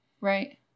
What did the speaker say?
Right